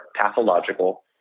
pathological